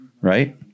Right